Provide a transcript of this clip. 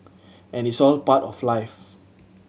and it's all part of life